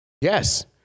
Yes